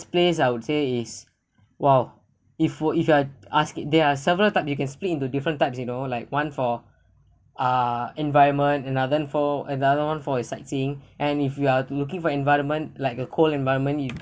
place I would say is !wow! if you if you are asked there are several types you can split into different types you know like one for uh environment and uh then for another one for a sightseeing and if you are looking for environment like a cold environment you